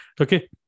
okay